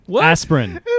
Aspirin